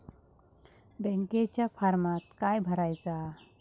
बँकेच्या फारमात काय भरायचा?